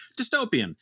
dystopian